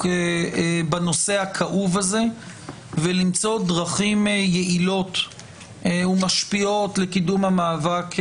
בנושא הכאוב הזה ולמצוא דרכים יעילות ומשפיעות לקידום המאבק בגזענות.